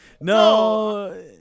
No